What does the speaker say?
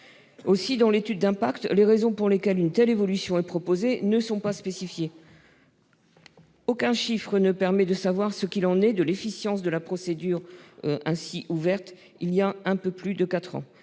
Dans l'étude d'impact, les raisons pour lesquelles une telle évolution est proposée ne sont pas spécifiées. Aucun chiffre ne permet de savoir ce qu'il en est de l'efficience de la procédure ouverte voilà un peu plus de quatre